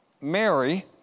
Mary